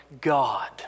God